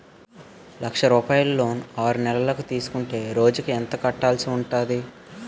లక్ష రూపాయలు లోన్ ఆరునెలల కు తీసుకుంటే రోజుకి ఎంత కట్టాల్సి ఉంటాది?